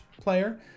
player